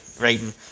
rating